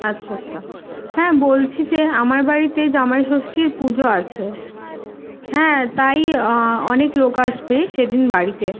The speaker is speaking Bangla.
আচ্ছা আচ্ছা হ্যাঁ বলছি যে আমার বাড়িতে জামাইষষ্ঠীর পুজো আছে হ্যাঁ তাই অনেক লোক আসবে সেদিন বাড়িতে